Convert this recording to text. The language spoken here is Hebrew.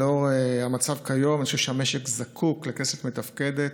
לנוכח המצב כיום אני חושב שהמשק זקוק לכנסת מתפקדת,